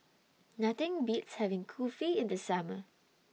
Nothing Beats having Kulfi in The Summer